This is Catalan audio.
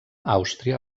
àustria